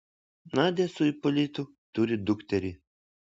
nadia su ipolitu turi dukterį